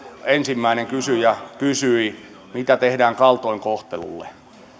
ensimmäinen kysyjä kysyi mitä tehdään kaltoinkohtelulle